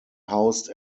housed